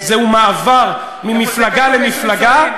זה מעבר ממפלגה למפלגה,